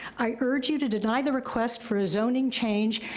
i urge you to deny the request for a zoning change,